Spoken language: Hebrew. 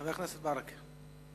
חבר הכנסת מוחמד ברכה.